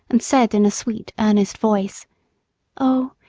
and said in a sweet, earnest voice oh!